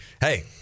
hey